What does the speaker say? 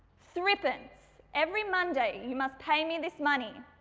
threepence. every monday you must pay me this money,